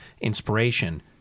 inspiration